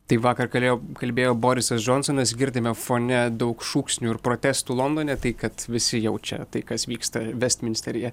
taip vakar kalėjo kalbėjo borisas džonsonas girdime fone daug šūksnių ir protestų londone tai kad visi jaučia tai kas vyksta vestminsteryje